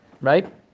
right